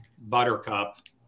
buttercup